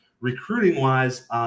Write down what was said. Recruiting-wise